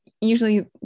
usually